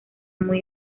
muy